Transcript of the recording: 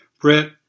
Brett